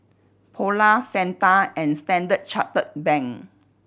Polar Fanta and Standard Chartered Bank